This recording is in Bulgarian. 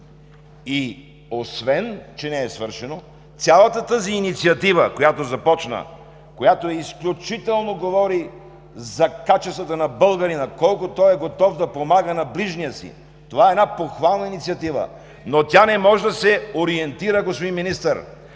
Освен че не е свършено, цялата тази започнала инициатива изключително говори за качествата на българина – колко той е готов да помага на ближния си, това е една похвална инициатива, но тя не може да се ориентира, господин Министър,